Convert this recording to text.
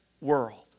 world